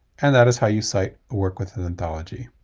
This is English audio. and that is how you cite a work within anthology.